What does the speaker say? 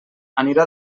anirà